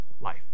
life